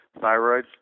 thyroids